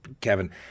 Kevin